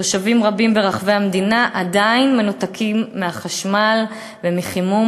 תושבים רבים ברחבי המדינה עדיין מנותקים מחשמל ומחימום,